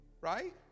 Right